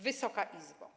Wysoka Izbo!